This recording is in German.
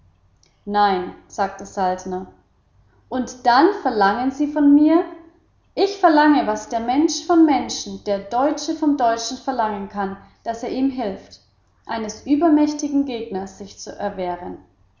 nein sagte saltner und dann verlangen sie von mir ich verlange was der mensch vom menschen der deutsche vom deutschen verlangen kann daß er ihm hilft eines übermächtigen gegners sich zu erwehren